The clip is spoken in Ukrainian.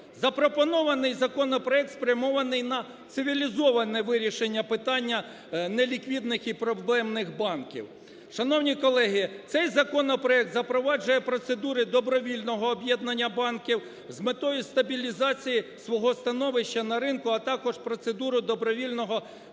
Запропонований законопроект спрямований на цивілізоване вирішення питання не ліквідних і проблемних банків. Шановні колеги! Цей законопроект запроваджує процедури добровільного об'єднання банків з метою стабілізації свого становища на ринку, а також процедури добровільного виходу